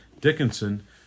Dickinson